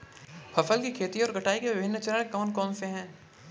फसल की खेती और कटाई के विभिन्न चरण कौन कौनसे हैं?